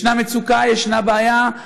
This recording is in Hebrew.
יש מצוקה, יש בעיה,